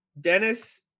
Dennis